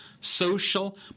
social